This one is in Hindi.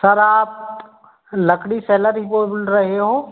सर आप लकड़ी सेलर ही बोल रहे हो